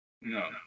No